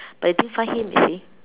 but they didn't find him you see